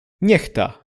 niechta